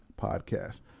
Podcast